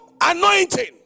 anointing